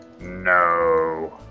No